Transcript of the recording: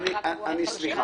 אני לא יכול כך,